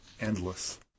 endless